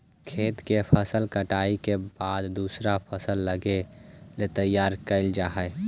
खेत के फसल कटाई के बाद दूसर फसल लगी तैयार कैल जा हइ